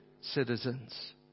citizens